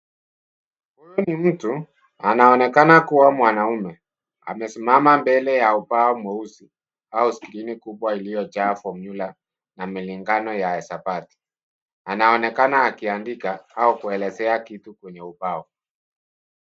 Huu ni mtu, anaonekana kuwa mwanaume. Amesimama mbele ya ubao mweusi au skrini kubwa iliyojaa formula na malingano ya hesabati. Anaonekana akiandika au kuelezea kitu kwenye ubao.